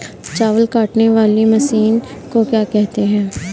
चावल काटने वाली मशीन को क्या कहते हैं?